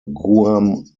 guam